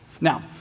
Now